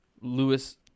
Lewis